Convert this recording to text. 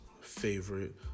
favorite